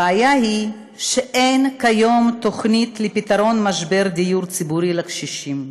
הבעיה היא שאין כיום תוכנית לפתרון משבר הדיור הציבורי לקשישים.